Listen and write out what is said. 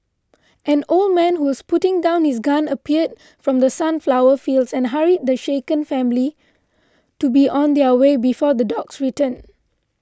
an old man who was putting down his gun appeared from the sunflower fields and hurried the shaken family to be on their way before the dogs return